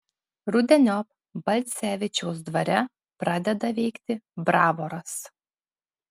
rudeniop balcevičiaus dvare pradeda veikti bravoras